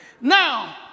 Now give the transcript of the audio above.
Now